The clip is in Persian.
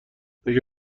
اگه